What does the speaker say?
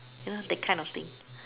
you know that kind of thing